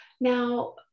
Now